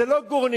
זה לא גורנישט,